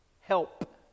help